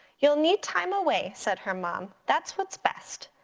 you'll need time away said her mom, that's what's best.